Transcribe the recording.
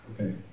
Okay